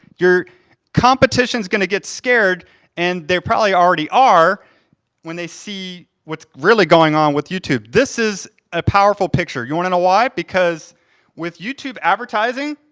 your competition's gonna get scared and they probably already are when they see what's really going on with youtube. this is a powerful picture. you wanna know why? because with youtube advertising,